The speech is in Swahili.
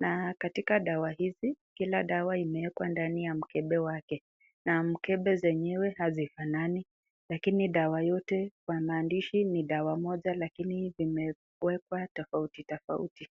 na katika dawa hizi, kila dawa imewekwa ndani ya mkebe wake, na mkebe zenyewe hazifanani lakini dawa yote kwa maandishi ni dawa moja lakini vimewekwa tofauti tofauti.